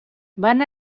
van